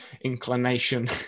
inclination